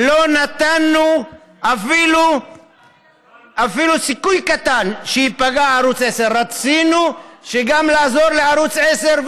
לא נתנו אפילו סיכוי קטן שייפגע ערוץ 10. רצינו לעזור גם לערוץ 10,